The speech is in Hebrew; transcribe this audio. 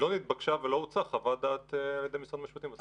לא נתבקשה ולא הוצאה חוות דעת על ידי משרד המשפטים.